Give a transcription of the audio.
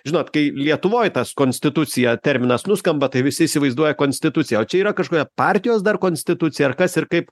žinot kai lietuvoj tas konstitucija terminas nuskamba tai visi įsivaizduoja konstituciją o čia yra kažkokia partijos dar konstitucija ar kas ir kaip